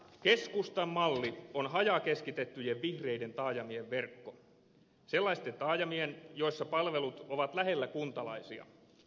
keskustan malli on hajakeskitettyjen vihreiden taajamien verkko sellaisten taajamien joissa palvelut ovat lähellä kuntalaisia